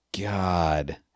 God